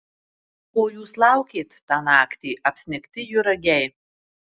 ko jūs laukėt tą naktį apsnigti juragiai